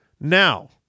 Now